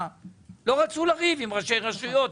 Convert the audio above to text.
כי היא לא רצתה לריב עם ראשי הרשויות.